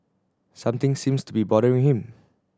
something seems to be bothering him